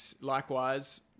likewise